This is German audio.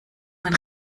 mein